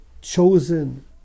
chosen